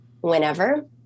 whenever